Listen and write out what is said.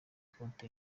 konti